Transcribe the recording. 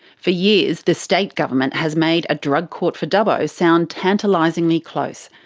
for years, the state government has made a drug court for dubbo sound tantalisingly close.